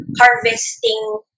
harvesting